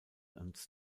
und